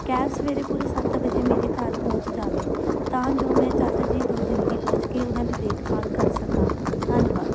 cab ਸਵੇਰੇ ਪੂਰੇ ਸੱਤ ਵਜੇ ਮੇਰੇ ਘਰ ਪਹੁੰਚ ਜਾਵੇ ਤਾਂ ਜੋ ਮੈਂ ਚਾਚਾ ਜੀ ਤੋਂ ਜਲਦੀ ਪਹੁੰਚ ਕੇ ਉਹਨਾਂ ਦੀ ਦੇਖਭਾਲ ਕਰ ਸਕਾਂ ਧੰਨਵਾਦ